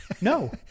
no